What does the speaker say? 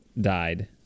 died